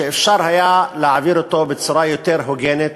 שאפשר היה להעביר אותו בצורה יותר הוגנת,